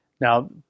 Now